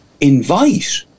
invite